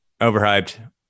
Overhyped